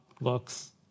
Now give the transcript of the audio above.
looks